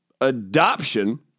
adoption